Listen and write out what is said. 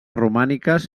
romàniques